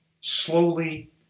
slowly